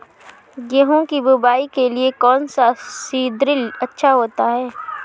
गेहूँ की बुवाई के लिए कौन सा सीद्रिल अच्छा होता है?